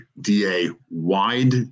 DA-wide